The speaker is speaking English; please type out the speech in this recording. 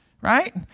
right